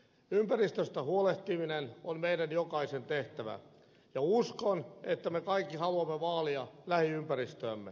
ympäristöstä huolehtiminen on meidän jokaisen tehtävä ja uskon että me kaikki haluamme vaalia lähiympäristöämme